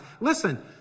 Listen